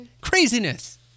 Craziness